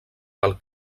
del